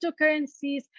cryptocurrencies